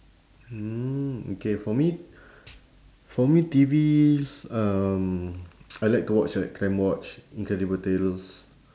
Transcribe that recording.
hmm okay for me for me T_Vs um I like to watch like crimewatch incredible tales